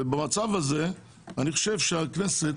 במצב הזה אני חושב שהכנסת,